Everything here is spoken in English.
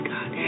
God